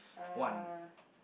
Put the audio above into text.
uh